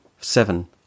Seven